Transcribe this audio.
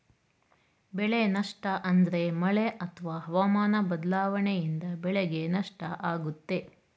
ಬೆಳೆ ನಷ್ಟ ಅಂದ್ರೆ ಮಳೆ ಅತ್ವ ಹವಾಮನ ಬದ್ಲಾವಣೆಯಿಂದ ಬೆಳೆಗೆ ನಷ್ಟ ಆಗುತ್ತೆ